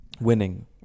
winning